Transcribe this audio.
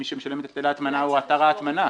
מי שמשלם את היטל ההטמנה הוא אתר ההטמנה.